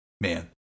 Man